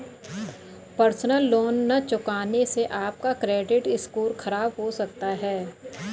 personal loan न चुकाने से आप का क्रेडिट स्कोर खराब हो सकता है